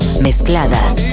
mezcladas